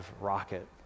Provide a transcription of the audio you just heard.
rocket